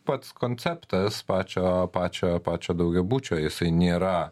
pats konceptas pačio pačio pačio daugiabučio jisai nėra